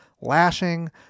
lashing